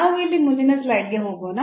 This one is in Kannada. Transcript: ನಾವು ಇಲ್ಲಿ ಮುಂದಿನ ಸ್ಲೈಡ್ಗೆ ಹೋಗೋಣ